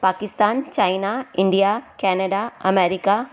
Pakistan China India Canada America